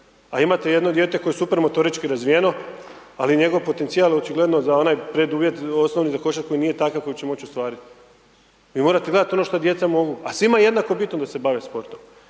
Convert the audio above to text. a imate jedno dijete koje je super motorički razvijeno ali njegov potencijal očigledno za onaj preduvjet osnovni za košarku i nije takav koji će moći ostvariti. Vi morate gledati ono što djeca mogu a svima je jednako bitno da se bave sportom.